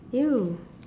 !eww!